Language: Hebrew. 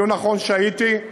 בדיון האחרון שהייתי,